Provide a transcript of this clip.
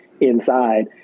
inside